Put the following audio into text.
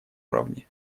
уровне